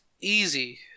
easy